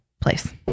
place